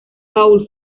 paul